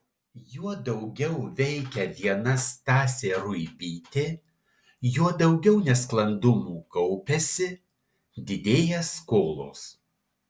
juo daugiau veikia viena stasė ruibytė juo daugiau nesklandumų kaupiasi didėja skolos